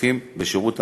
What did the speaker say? ושותפים בשירות המדינה.